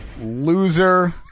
loser